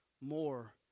more